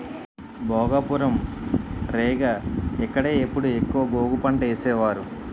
భోగాపురం, రేగ ఇక్కడే అప్పుడు ఎక్కువ గోగు పంటేసేవారు